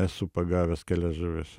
esu pagavęs kelias žuvis